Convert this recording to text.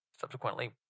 subsequently